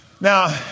Now